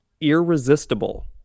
Irresistible